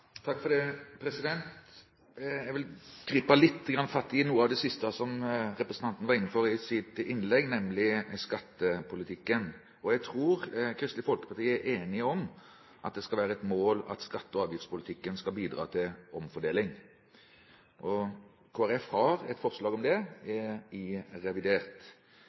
var inne på i sitt innlegg, nemlig skattepolitikken. Jeg tror Kristelig Folkeparti er enig i at det skal være et mål at skatte- og avgiftspolitikken skal bidra til omfordeling. Kristelig Folkeparti har et forslag om det i revidert.